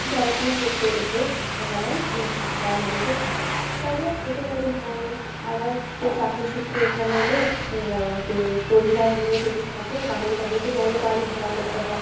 পড়াশোনা করতে এসে এখানে ভাড়াবাড়িতে থাকে তারা ছোট বাড়ি ভাড়া নেয় আবার কেউ চাকরি সূত্রে এখানে এলে পরিবার নিয়ে যদি থাকে তাহলে তাদেরকে বড় বাড়ি ভাড়া করতে হয়